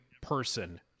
person